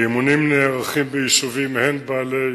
האימונים נערכים ביישובים הן בעלי